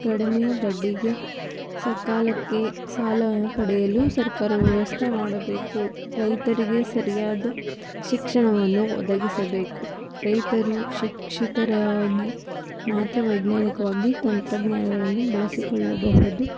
ಕಡಿಮೆ ಬಡ್ಡಿಗೆ ಸಕಾಲಕ್ಕೆ ಸಾಲವನ್ನು ಪಡೆಯಲು ಸರ್ಕಾರ ವ್ಯವಸ್ಥೆ ಮಾಡಬೇಕು ರೈತರಿಗೆ ಸರಿಯಾದ ಶಿಕ್ಷಣವನ್ನು ಒದಗಿಸಬೇಕು ರೈತರು ಶಿಕ್ಷಿತರಾಗಿ ಮಾತ್ರ ವೈಜ್ಞಾನಿಕವಾಗಿ ತಂತ್ರಜ್ಞಾನಗಳನ್ನು ಬಳಸಿಕೊಳ್ಳಬಹುದು